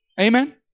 amen